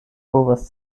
povas